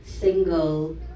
Single